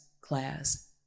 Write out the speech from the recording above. class